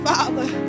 Father